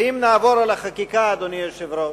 ואם נעבור על החקיקה, אדוני היושב-ראש,